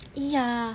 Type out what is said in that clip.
!ee! ya